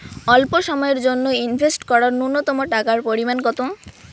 স্বল্প সময়ের জন্য ইনভেস্ট করার নূন্যতম টাকার পরিমাণ কত?